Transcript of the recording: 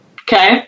Okay